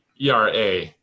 ERA